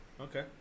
Okay